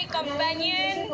Companion